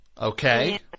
Okay